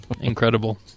incredible